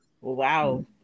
Wow